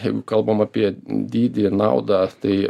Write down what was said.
jeigu kalbam apie dydį naudą tai